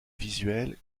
visuel